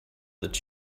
that